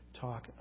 talk